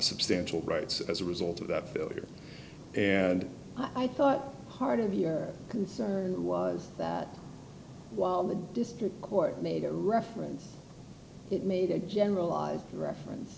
substantial rights as a result of that failure and i thought part of your concern was that while the district court made a reference that neither generalized reference